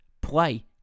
play